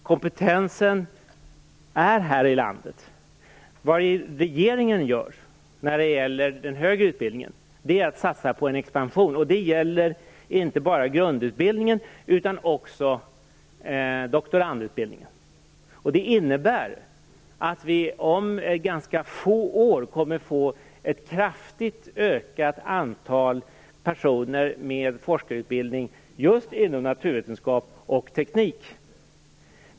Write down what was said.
Fru talman! Kompetensen är här i landet. Vad regeringen gör när det gäller den högre utbildningen är att satsa på en expansion. Det gäller inte bara grundutbildningen utan också doktorandutbildningen. Det innebär att vi om några få år kommer att få ett kraftigt ökat antal personer med forskarutbildning just inom naturvetenskap och teknik.